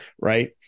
right